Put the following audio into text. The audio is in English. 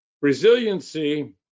Resiliency